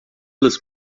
las